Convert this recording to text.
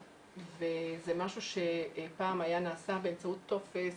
וזה משהו שפעם היה נעשה באמצעות טופס,